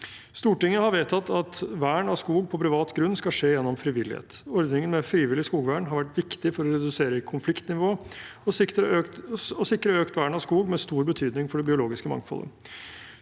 Stortinget har vedtatt at vern av skog på privat grunn skal skje gjennom frivillighet. Ordningen med frivillig skogvern har vært viktig for å redusere konfliktnivået og sikrer økt vern av skog med stor betydning for det biologiske mangfoldet.